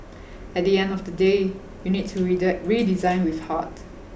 at the end of the day you need to redesign with heart